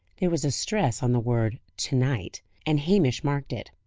there was a stress on the word to-night, and hamish marked it.